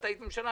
את היית בממשלה.